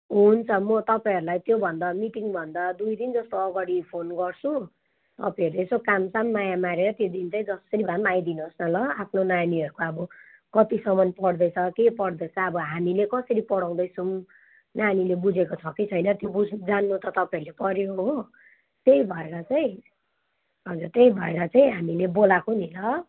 हुन्छ म तपाईँहरूलाई त्योभन्दा मिटिङभन्दा दुईदिन जस्तो अगाडि फोन गर्छु तपाईँहरूले यसो काम साम माया मारेर त्यो दिन चाहिँ जसरी भए पनि आइदिनुहोस् न ल आफ्नो नानीहरूको अब कतिसम्म पढ्दैछ के पढ्दैछ अब हामीले कसरी पढाउँदैछौँ नानीले बुझेको छ कि छैन त्यो बुझ्नु जान्नु त तपाईँहरूले पर्यो हो त्यही भएर चाहिँ हजुर त्यही भएर चाहिँ हामीले बोलाएको नि ल